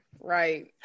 Right